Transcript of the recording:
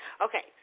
Okay